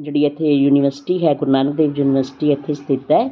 ਜਿਹੜੀ ਇੱਥੇ ਯੂਨੀਵਰਸਿਟੀ ਹੈ ਗੁਰੂ ਨਾਨਕ ਦੇਵ ਯੂਨੀਵਰਸਿਟੀ ਐਥੇ ਸਥਿਤ ਹੈ